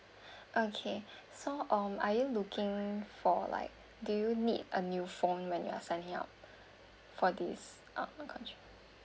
okay so um are you looking for like do you need a new phone when you are signing up for this um phone contract